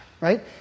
Right